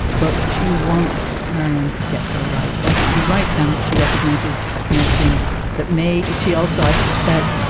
but she wants marianne to get her rights. i think you're right, dan, that she recognizes a connection that may. she also, i suspect,